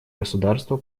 государства